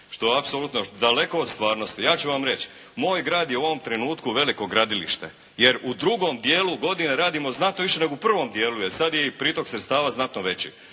Što je apsolutno daleko od stvarnosti. Ja ću vam reći, moj grad je u ovom trenutku veliko gradilište. Jer u drugom dijelu godine radimo znatno više nego u prvom dijelu, jer sad je i pritok sredstava znatno veći.